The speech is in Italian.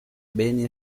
beni